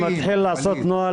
לכן,